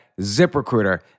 ZipRecruiter